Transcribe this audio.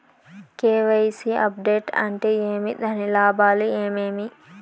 KYC update అంటే ఏమి? దాని లాభాలు ఏమేమి?